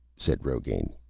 said rogain.